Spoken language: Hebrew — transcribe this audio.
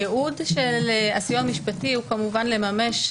הייעוד של הסיוע המשפטי הוא כמובן לממש,